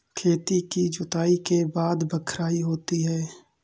खेती की जुताई के बाद बख्राई होती हैं?